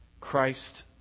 Christ